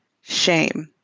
shame